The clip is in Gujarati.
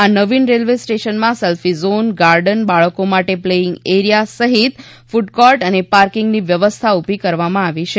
આ નવીન રેલવે સ્ટેવશનમાં સેલ્ફીર ઝોન ગાર્ડન બાળકો માટે પ્લોઇંગ એરીયા સહિત કૂડકોર્ટ અને પાર્કિંગની વ્યફવસ્થાઓ ઊભી કરવામાં આવી છે